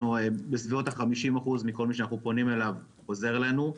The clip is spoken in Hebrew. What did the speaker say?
בסביבות ה-50% מכל מי שאנחנו פונים אליו חוזר אלינו.